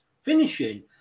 finishing